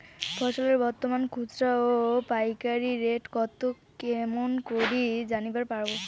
ফসলের বর্তমান খুচরা ও পাইকারি রেট কতো কেমন করি জানিবার পারবো?